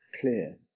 clear